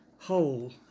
whole